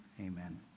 amen